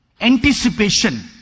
anticipation